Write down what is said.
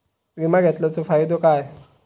विमा घेतल्याचो फाईदो काय?